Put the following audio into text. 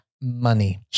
money